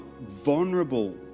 vulnerable